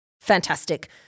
fantastic